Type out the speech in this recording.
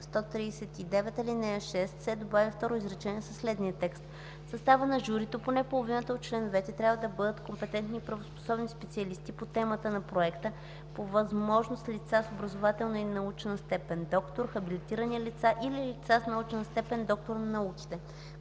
139, ал. 6 се добавя второ изречение със следния текст: „В състава на журито поне половината от членовете трябва да бъдат компетентни и правоспособни специалисти по темата на проекта, по възможност лица с образователна и научна степен „доктор”, хабилитирани лица или лица с научна степен „доктор на науките”.”